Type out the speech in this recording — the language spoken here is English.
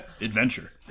Adventure